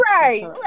Right